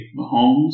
Mahomes